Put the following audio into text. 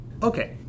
Okay